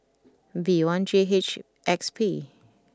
B one J H X P